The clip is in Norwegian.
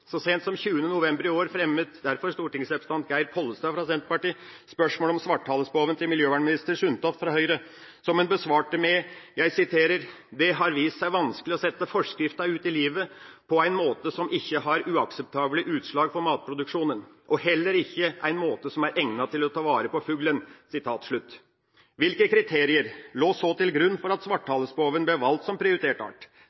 Så seint som 20. november i år fremmet derfor stortingsrepresentant Geir Pollestad fra Senterpartiet spørsmål om svarthalespoven til miljøvernminister Sundtoft fra Høyre, som hun besvarte slik: det har vist seg vanskeleg å setta forskrifta ut i livet på ein måte som ikkje har uakseptable utslag for matproduksjonen. Og heller ikkje ein måte som er egna til å ta vare på fuglen.» Hvilke kriterier lå så til grunn for at